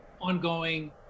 ongoing